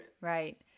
Right